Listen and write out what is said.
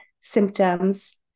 symptoms